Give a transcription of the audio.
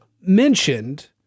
mentioned